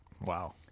Wow